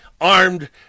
armed